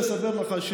אני רוצה לספר לך,